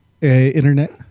internet